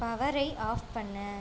பவரை ஆஃப் பண்ணு